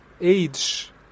age